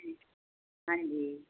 ਹਾਂਜੀ